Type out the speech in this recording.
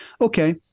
okay